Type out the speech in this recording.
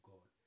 God